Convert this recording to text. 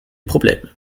problèmes